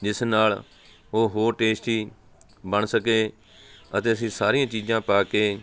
ਜਿਸ ਨਾਲ ਉਹ ਹੋਰ ਟੇਸਟੀ ਬਣ ਸਕੇ ਅਤੇ ਅਸੀਂ ਸਾਰੀਆਂ ਚੀਜ਼ਾਂ ਪਾ ਕੇ